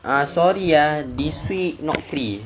ah sorry ah this week not free